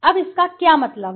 अब इसका क्या मतलब है